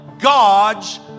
God's